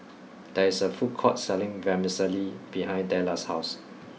there is a food court selling Vermicelli behind Della's house